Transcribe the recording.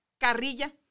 Carrilla